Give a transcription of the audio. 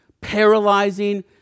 paralyzing